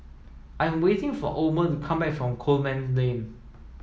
I'm waiting for Omer to come back from Coleman Lane